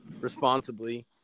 responsibly